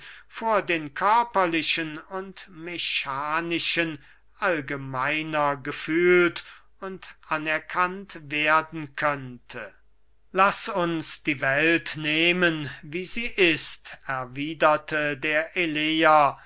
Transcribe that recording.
vor den körperlichen und mechanischen allgemeiner gefühlt und anerkannt werden könnte christoph martin wieland laß uns die welt nehmen wie sie ist erwiederte der eleer